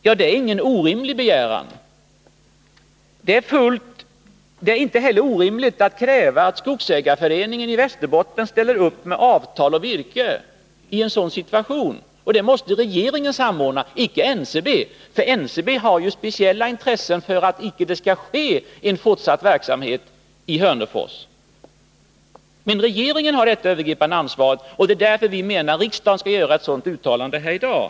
Ja, det är ingen orimlig begäran. Det är inte heller orimligt att kräva att skogsägarföreningen i Västerbotten ställer upp med avtal och virke i en sådan situation. Det måste regeringen samordna — icke NCB, för NCB har ju speciellt intresse av att det icke skall bedrivas fortsatt verksamhet i Hörnefors. Men regeringen har det övergripande ansvaret, och det är därför vi menar att riksdagen skall göra ett uttalande här i dag.